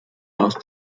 last